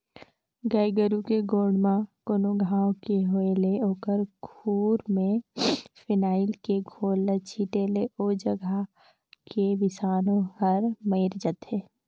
गाय गोरु के गोड़ म कोनो घांव के होय ले ओखर खूर में फिनाइल के घोल ल छींटे ले ओ जघा के बिसानु हर मइर जाथे